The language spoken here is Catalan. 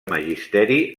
magisteri